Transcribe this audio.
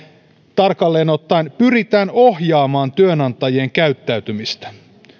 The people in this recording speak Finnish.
tarkalleen ottaen pyritään ohjaamaan työnantajien käyttäytymistä no